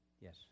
Yes